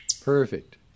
perfect